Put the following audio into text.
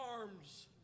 arms